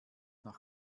nach